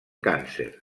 càncer